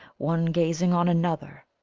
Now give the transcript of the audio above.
one gazing on another.